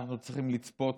אנחנו צריכים לצפות,